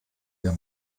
der